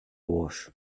wash